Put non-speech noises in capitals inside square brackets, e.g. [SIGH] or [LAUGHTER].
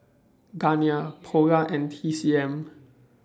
Garnier [NOISE] Polar and T C M